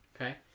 Okay